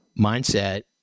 mindset